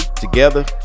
together